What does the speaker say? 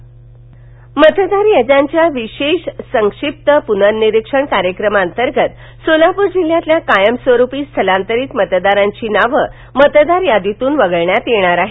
मतदार यादीतून नाव वगळणे मतदार याद्यांच्या विशेष संक्षिप्त प्नर्निरिक्षण कार्यक्रमांतर्गत सोलाप्र जिल्ह्यातील कायमस्वरूपी स्थलांतरीत मतदारांची नावं मतदार यादीतून वगळण्यात येणार आहेत